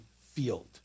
field